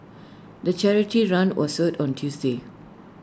the charity run was held on Tuesday